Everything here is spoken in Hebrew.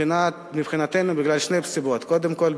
מבחינתנו משתי סיבות: קודם כול,